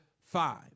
five